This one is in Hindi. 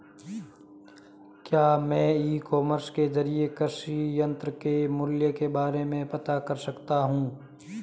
क्या मैं ई कॉमर्स के ज़रिए कृषि यंत्र के मूल्य के बारे में पता कर सकता हूँ?